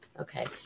Okay